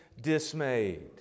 dismayed